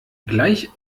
gleich